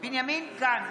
בנימין גנץ,